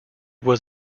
was